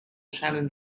shannon